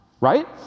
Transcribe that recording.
right